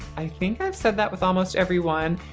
i think i've said that with almost every one,